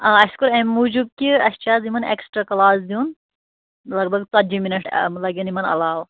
آ اَسہِ کوٚر اَمہِ موٗجوٗب کہِ اَسہِ چھِ اَز یِمَن اٮ۪کٕسٹرا کٕلاس دیُن لگ بگ ژَتجی مِنٛٹ لَگن یِمَن علاو